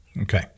Okay